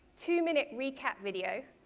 two minute recap video,